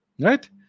Right